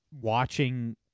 watching